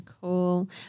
cool